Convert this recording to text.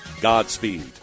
Godspeed